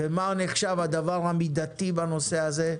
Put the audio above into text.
ומה נחשב הדבר המידתי בנושא הזה,